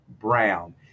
Brown